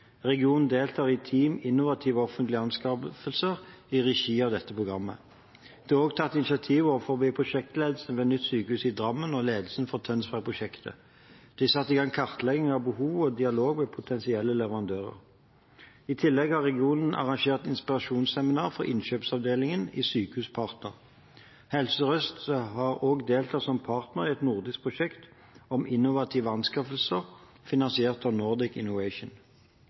Regionen deltar i Team innovative offentlige anskaffelser – i regi av dette programmet. Det er også tatt initiativ overfor prosjektledelsen for nytt sykehus i Drammen og ledelsen for Tønsbergprosjektet. Det er satt i gang kartlegging av behov og dialog med potensielle leverandører. I tillegg har regionen arrangert et inspirasjonsseminar for innkjøpsavdelingen i Sykehuspartner. Helse Sør-Øst har også deltatt som partner i et nordisk prosjekt om innovative anskaffelser, finansiert av Nordic Innovation.